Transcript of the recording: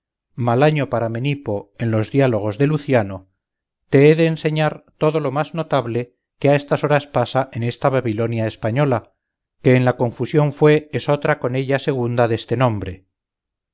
madrid malaño para menipo en los diálogos de luciano te he de enseñar todo lo más notable que a estas horas pasa en esta babilonia española que en la confusión fué esotra con ella segunda deste nombre